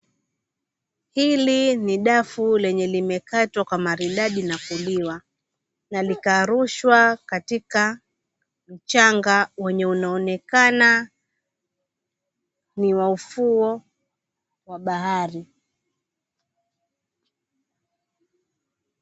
Hili ni dafu lenye limekatwa kwa maridadi na kuliwa, na likarushwa katika mchanga wenye unaonekana ni wa ufuo wa bahari